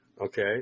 Okay